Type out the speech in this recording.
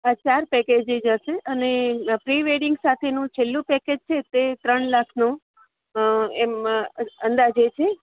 આ ચાર પેકેજ થઈ જાશે અને પ્રિવેડિંગ સાથે છેલ્લું પેકેજ છે તે ત્રણ લાખનું એમ અંદાજે છે